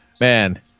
Man